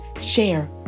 share